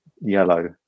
yellow